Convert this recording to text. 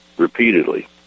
repeatedly